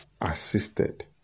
assisted